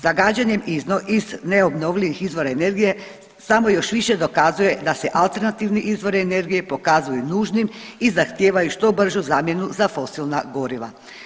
Zagađanjem iz ne obnovljivih izvora energije samo još više dokazuje da se alternativni izvori energije pokazuju nužnim i zahtijevaju što bržu zamjenu za fosilna goriva.